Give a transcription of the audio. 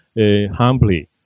humbly